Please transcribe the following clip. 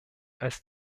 als